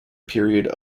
period